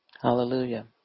Hallelujah